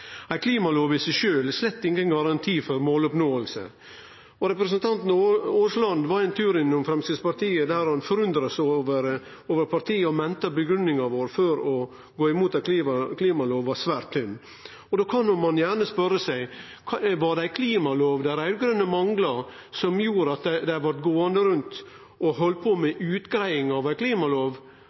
Ei klimalov er i seg sjølv slett ingen garanti for måloppnåing. Representanten Aasland var ein tur innom Framstegspartiet. Han undra seg over partiet og meinte at grunngjevinga vår for å gå imot ei klimalov var svært tynn. Då kan ein spørje seg: Var det mangelen på ei klimalov som gjorde at dei raud-grøne blei gåande og halde på med